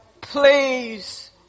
please